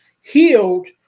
healed